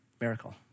Miracle